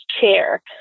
chair